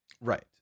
right